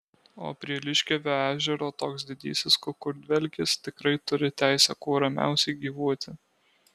o prie liškiavio ežero toks didysis kukurdvelkis tikrai turi teisę kuo ramiausiai gyvuoti